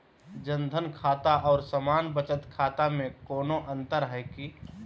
जन धन खाता और सामान्य बचत खाता में कोनो अंतर है की?